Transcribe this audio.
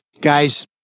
guys